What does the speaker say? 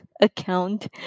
account